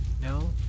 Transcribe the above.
No